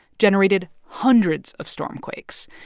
generated hundreds of stormquakes.